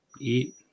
eat